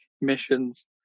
missions